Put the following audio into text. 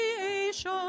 creation